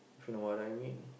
if you know what I mean